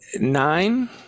Nine